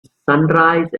sunrise